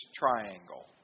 triangle